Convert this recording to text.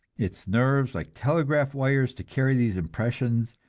its nerves like telegraph wires to carry these impressions,